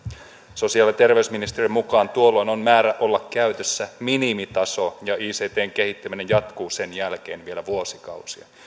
sosiaali ja terveysministeriön mukaan tuolloin on määrä olla käytössä minimitaso ja ictn kehittäminen jatkuu sen jälkeen vielä vuosikausia